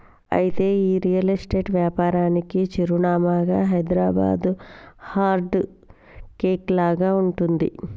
అయితే ఈ real estate వ్యాపారానికి చిరునామాగా హైదరాబాదు హార్ట్ కేక్ లాగా ఉంటుంది